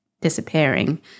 disappearing